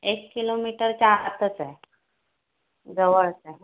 एक किलोमीटरच्या आतच आहे जवळच आहे